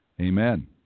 Amen